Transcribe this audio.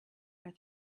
are